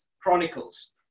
Chronicles